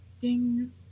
Ding